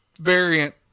variant